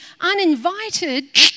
uninvited